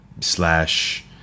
slash